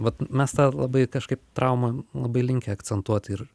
vat mes tą labai kažkaip traumą labai linkę akcentuoti ir